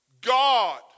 God